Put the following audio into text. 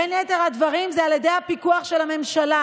בין יתר הדברים על ידי הפיקוח על הממשלה.